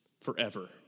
forever